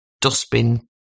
dustbin